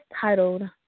titled